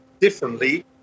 differently